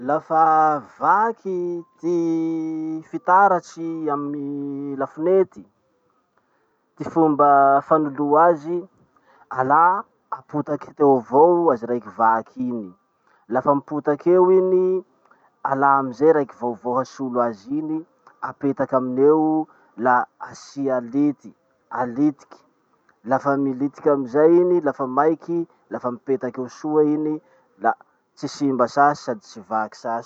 Lafa vaky ty fitaratsy amy lafonety. Ty fomba fanolo azy: alà apotaky teo avao azy raiky vaky iny, lafa mipotaky eo iny, alà amizay raiky vaovao hasolo azy iny, apetaky aminy eo, la asia lity, alitiky, lafa militiky amizay iny, lafa maiky, lafa mipetaky eo soa iny, la tsy simba sasy sady tsy vaky sasy.